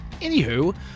anywho